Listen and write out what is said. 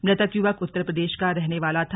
मृतक युवक उत्तर प्रदेश का रहने वाला था